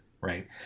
right